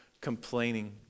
complaining